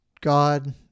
God